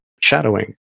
shadowing